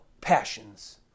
passions